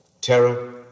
Terror